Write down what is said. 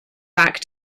back